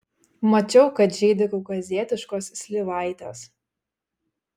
mačiau kad žydi kaukazietiškos slyvaitės